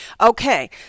Okay